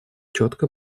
четко